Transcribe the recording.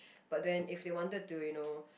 but then if they wanted to you know